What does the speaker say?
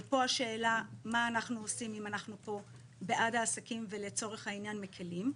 ופה השאלה מה אנחנו עושים אם אנחנו פה בעד העסקים ולצורך העניין מקלים.